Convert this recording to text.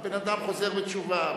הבן-אדם חוזר בתשובה,